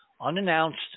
unannounced